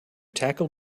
tackled